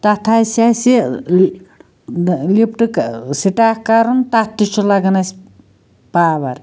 تتھ آسہِ اسہِ ٲں لفٹہٕ ٲں سِٹارٹ کَرُن تتھ تہِ چھُ لگان اسہِ پاوَر